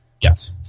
Yes